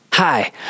Hi